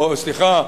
או סליחה,